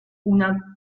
una